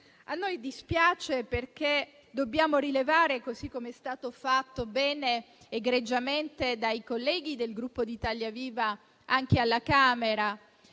A noi dispiace, perché dobbiamo fare, così come è stato fatto egregiamente dai colleghi del Gruppo di Italia Viva anche alla Camera,